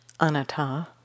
anatta